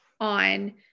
on